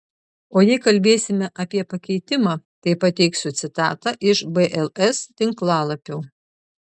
o jei kalbėsime apie pakeitimą tai pateiksiu citatą iš bls tinklalapio